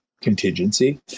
contingency